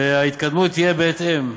וההתקדמות תהיה בהתאם.